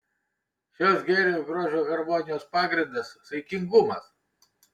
šios gėrio ir grožio harmonijos pagrindas saikingumas